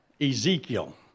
Ezekiel